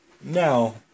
now